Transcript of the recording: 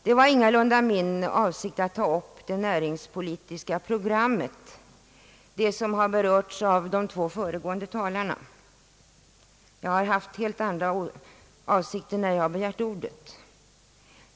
Det var ingalunda min avsikt att ta upp det näringspolitiska programmet, det som har berörts av de två föregående talarna. Jag har haft helt andra avsikter när jag begärt ordet.